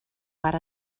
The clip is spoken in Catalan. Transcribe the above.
pare